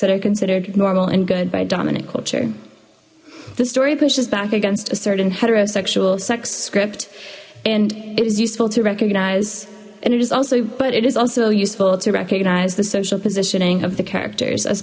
that are considered normal and good by dominant culture the story pushes back against a certain heterosexual sex script and it is useful to recognize and it is also but it is also useful to recognize the social positioning of the characters as